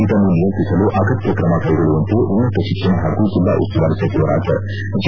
ಇದನ್ನು ನಿಯಂತ್ರಿಸಲು ಅಗತ್ತ ಕ್ರಮ ಕ್ಕೆಗೊಳ್ಳುವಂತೆ ಉನ್ನತ ಶಿಕ್ಷಣ ಹಾಗೂ ಜಿಲ್ಲಾ ಉಸ್ತುವಾರಿ ಸಚಿವರಾದ ಜಿ